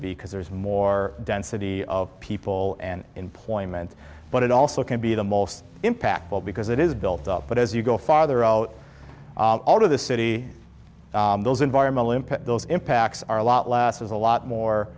because there's more density of people and employment but it also can be the most impactful because it is built up but as you go farther out of the city those environmental impact those impacts are a lot less there's a lot more